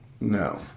No